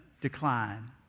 decline